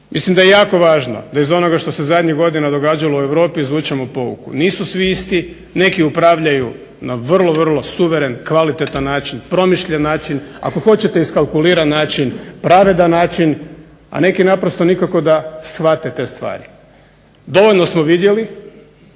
mislim da je jako važno bez onoga što se zadnjih godina događalo u Europi izvučemo poruku, nisu svi isti, neki upravljaju na vrlo suveren način, promišljen način, ako hoćete iskalkuliran način, pravedan način, a neki naprosto nikako da shvate te stvari. Dovoljno smo vidjeli,